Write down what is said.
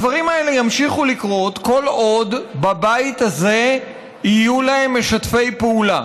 הדברים האלה ימשיכו לקרות כל עוד בבית הזה יהיו להם משתפי פעולה.